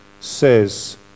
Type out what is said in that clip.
says